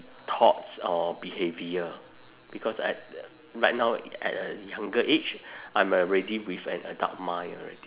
thoughts or behaviour because I right now at a younger age I'm already with an adult mind already